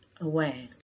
away